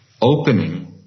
opening